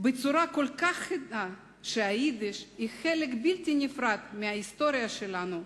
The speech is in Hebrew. בצורה כל כך חדה שהיידיש היא חלק בלתי נפרד מההיסטוריה שלנו,